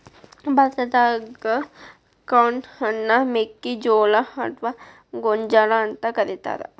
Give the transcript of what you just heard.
ಭಾರತಾದಾಗ ಕಾರ್ನ್ ಅನ್ನ ಮೆಕ್ಕಿಜೋಳ ಅತ್ವಾ ಗೋಂಜಾಳ ಅಂತ ಕರೇತಾರ